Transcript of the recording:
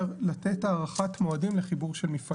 לתת הארכת מועדים לחיבור של מפעלים.